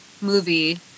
movie